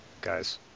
Guys